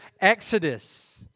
exodus